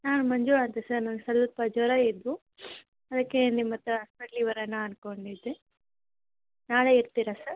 ಹಾಂ ಮಂಜು ಅಂತ ಸರ್ ನಾನು ಸ್ವಲ್ಪ ಜ್ವರ ಇದ್ವು ಅದಕ್ಕೆ ನಿಮ್ಮಹತ್ರ ಹಾಸ್ಪೆಟ್ಲಿಗೆ ಬರೋಣ ಅನ್ಕೊಂಡಿದ್ದೆ ನಾಳೆ ಇರ್ತೀರ ಸರ್